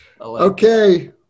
Okay